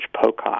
Pocock